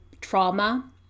trauma